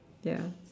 ya